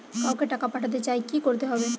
কাউকে টাকা পাঠাতে চাই কি করতে হবে?